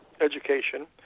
education